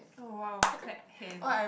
oh !wow! clap hand